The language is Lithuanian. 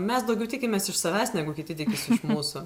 mes daugiau tikimės iš savęs negu kiti tikisi iš mūsų